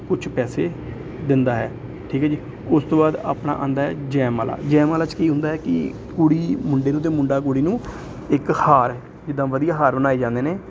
ਕੁਛ ਪੈਸੇ ਦਿੰਦਾ ਹੈ ਠੀਕ ਹੈ ਜੀ ਉਸ ਤੋਂ ਬਾਅਦ ਆਪਣਾ ਆਉਂਦਾ ਜੈਮਾਲਾ ਜੈਮਾਲਾ 'ਚ ਕੀ ਹੁੰਦਾ ਕਿ ਕੁੜੀ ਮੁੰਡੇ ਨੂੰ ਅਤੇ ਮੁੰਡਾ ਕੁੜੀ ਨੂੰ ਇੱਕ ਹਾਰ ਜਿੱਦਾਂ ਵਧੀਆ ਹਾਰ ਬਣਾਏ ਜਾਂਦੇ ਨੇ